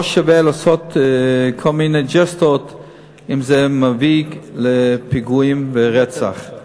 לא שווה לעשות כל מיני ג'סטות אם זה מביא לפיגועים ורצח.